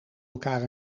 elkaar